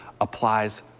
applies